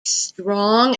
strong